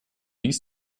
dies